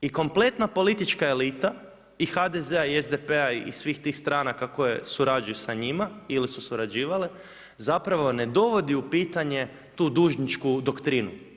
I kompletan politička elita i HDZ-a i SDP-a i svih tih stranaka koje surađuju s njima ili su surađivale, zapravo ne dovodi u pitanje tu dužničku doktrinu.